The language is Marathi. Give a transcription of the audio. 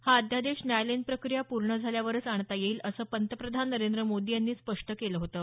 हा अध्यादेश न्यायालयीन प्रक्रिया पूर्ण झाल्यावरच आणता येईल असं पंतप्रधान नरेंद्र मोदी यांनी स्पष्ट केलं होतं